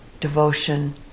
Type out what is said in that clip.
devotion